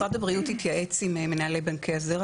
משרד הבריאות התייעץ אם מנהלי בנקי הזרע,